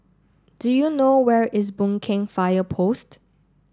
do you know where is Boon Keng Fire Post